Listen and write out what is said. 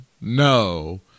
no